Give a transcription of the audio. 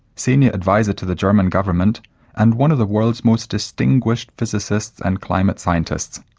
senior adviser to the german government and one of the world's most distinguished physicists and climate scientists.